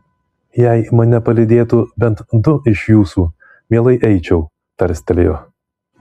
jei mane palydėtų bent du iš jūsų mielai eičiau tarstelėjo